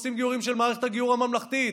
ופוסלים גיורים של מערכת הגיור הממלכתי.